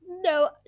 no